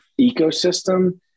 ecosystem